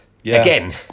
Again